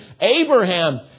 Abraham